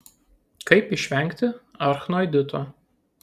kaip išvengti arachnoidito